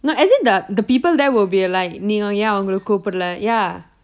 no as in the the people there will be like நீங்க ஏன் அவங்கள கூப்பிடலே:neenga yen avangale koopidale ya